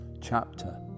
chapter